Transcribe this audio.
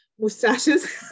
mustaches